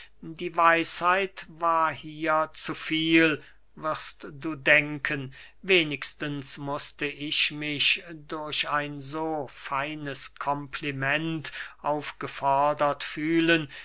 die weisheit war hier zu viel wirst du denken wenigstens mußte ich mich durch ein so feines kompliment aufgefordert fühlen